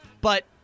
But-